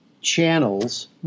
channels